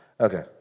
Okay